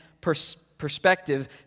perspective